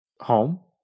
Home